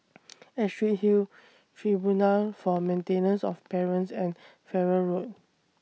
Astrid Hill Tribunal For Maintenance of Parents and Farrer Road